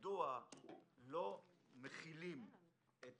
שואלים מדוע לא מכילים את